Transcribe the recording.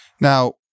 Now